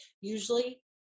usually